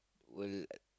will